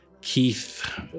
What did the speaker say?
Keith